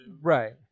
Right